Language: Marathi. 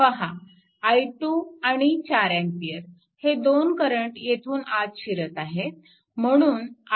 पहा i2 आणि 4A हे दोन करंट येथून आत शिरत आहेत